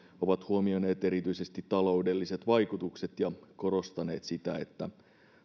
ovat huomioineet erityisesti taloudelliset vaikutukset ja korostaneet sitä että